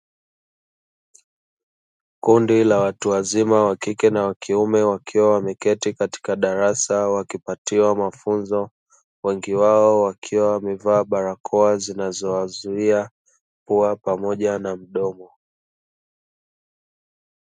Kundi la watu wazima (wa kike na wa kiume) wakiwa wameketi katika darasa, wakipatiwa mafunzo, wengi wao wakiwa wamevaa barakoa zinazowazuia pua pamoja na mdomo.